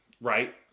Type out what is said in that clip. right